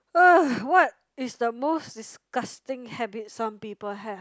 !ugh! what is the most disgusting habit some people have